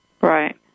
Right